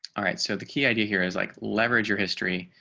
alright. so the key idea here is like leverage your history.